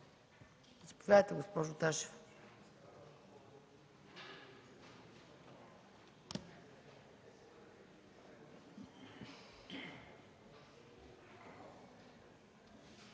Заповядайте, госпожо Ташева